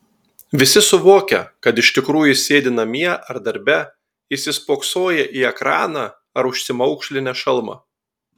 visi suvokia kad iš tikrųjų sėdi namie ar darbe įsispoksoję į ekraną ar užsimaukšlinę šalmą